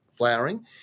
flowering